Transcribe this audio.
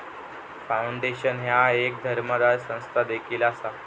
foundation ह्या एक धर्मादाय संस्था देखील असा